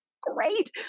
great